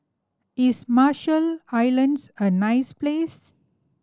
is Marshall Islands a nice place